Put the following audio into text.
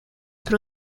pro